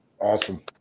Awesome